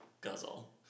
Guzzle